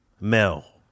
Mel